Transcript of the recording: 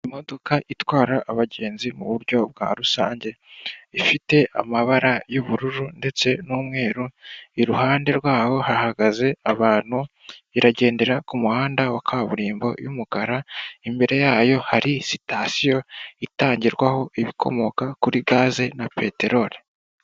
Imodoka itwara abagenzi mu buryo bwa rusange ifite amabara y'ubururu ndetse n'umweru, iruhande rwayo hahagaze abantu iragendera ku muhanda wa kaburimbo y'umukara, imbere yayo hari sitasiyo itangirwaho ibikomoka kuri gaze na peterori